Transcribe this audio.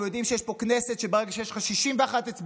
הם יודעים שיש פה כנסת שבה רק כשיש לך 61 אצבעות,